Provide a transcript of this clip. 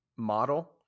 model